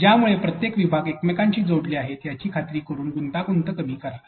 त्यामुळे प्रत्येक विभाग एकमेकांशी जोडलेले आहेत याची खात्री करून गुंतागुंत कमी करा